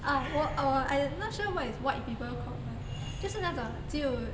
ah 我 err I not sure what is white people called but 就是那种只有